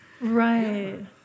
Right